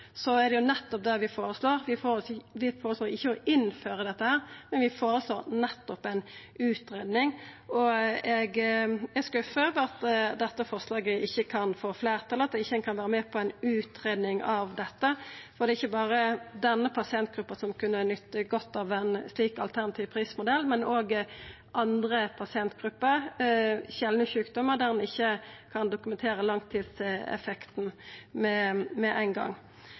er det jo nettopp det dei får. Vi føreslår ikkje å innføra dette, vi føreslår nettopp ei utgreiing, og eg stussar over at dette forslaget ikkje kan få fleirtal, at ein ikkje kan vera med på ei utgreiing av dette. For det er ikkje berre denne pasientgruppa som kunne ha nytt godt av ein slik alternativ prismodell, men òg andre pasientgrupper med sjeldne sjukdomar der ein ikkje kan dokumentera langtidseffekten med ein gong.